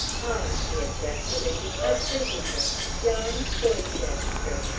ah! he ejaculated, a visitor! john poindexter!